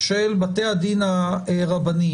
של בתי הדין הרבניים,